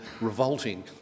revolting